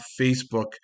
Facebook